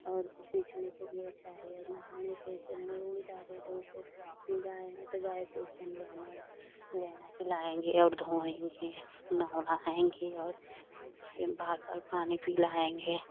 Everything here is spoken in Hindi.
और सींचने के लिए चाहिए और नहाने के चाहे वो बूढ़ी दादी हैं तो उसे गाय हैं तो गाय को उसे हम नहलाएँगे और धोएँगे नहलाएँगे और उसे बार बार पानी पिलाएँगे